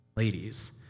ladies